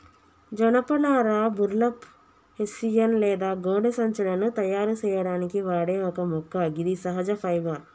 జనపనార burlap, hessian లేదా గోనె సంచులను తయారు సేయడానికి వాడే ఒక మొక్క గిది సహజ ఫైబర్